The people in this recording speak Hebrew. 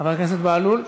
חבר הכנסת בהלול.